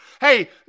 Hey